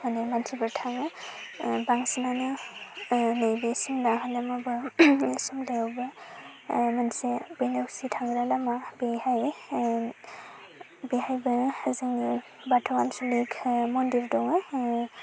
अनेक मानसिफोर थाङो बांसिनानो नैबे सिमला होनो माबा सिमलायावबो मोनसे बेनेवसि थांग्रा लामा बेहाय बेहायबो जोंनि बाथौ आन्सलिक मन्दिर दङ